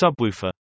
subwoofer